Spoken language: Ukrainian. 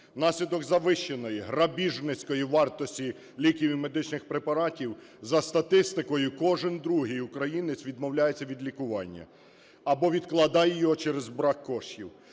Внаслідок завищеної, грабіжницької вартості ліків і медичних препаратів, за статистикою, кожен другий українець відмовляється від лікування або відкладає його через брак коштів.